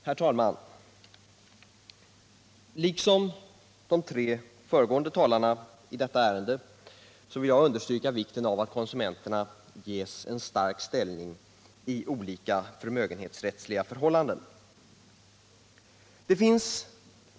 Herr talman! Liksom de tre föregående talarna i detta ärende vill jag understryka vikten av att konsumenterna ges en stark ställning i olika 10 förmögenhetsrättsliga förhållanden.